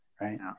right